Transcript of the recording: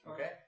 Okay